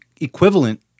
equivalent